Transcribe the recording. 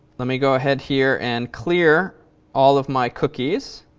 let me go ahead here and clear all of my cookies.